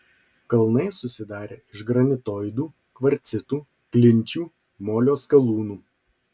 kalnai susidarę iš granitoidų kvarcitų klinčių molio skalūnų